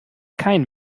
kein